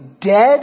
dead